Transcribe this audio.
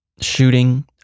shooting